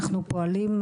אנחנו פועלים,